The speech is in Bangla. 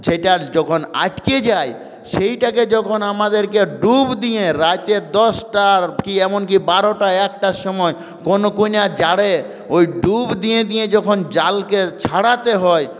সেইটা যখন আটকে যায় সেইটাকে যখন আমাদেরকে ডুব দিয়ে রাতে দশটা কি এমনকি বারোটা একটার সময় কনকনে জাড়ে ওই ডুব দিয়ে দিয়ে যখন জালকে ছাড়াতে হয়